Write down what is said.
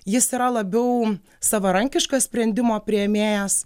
jis yra labiau savarankiškas sprendimo priėmėjas